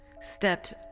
stepped